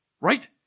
right